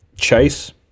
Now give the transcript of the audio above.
chase